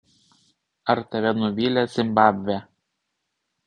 ar tave nuvylė zimbabvė